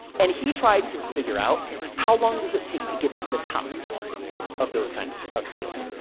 and he tried to figure out how long does it take to get to the top of those kinds of fields.